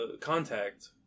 contact